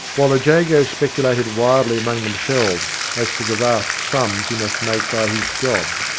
while the jagos speculated wildly among themselves as to the vast sums he must make by his job.